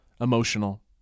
emotional